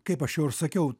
kaip aš jau ir sakiau